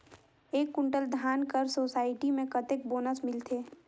एक कुंटल धान कर सोसायटी मे कतेक बोनस मिलथे?